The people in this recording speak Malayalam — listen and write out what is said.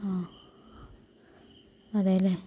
ആ അതെല്ലേ